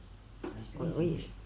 what wait